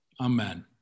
amen